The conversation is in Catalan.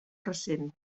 recent